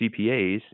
CPAs